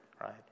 right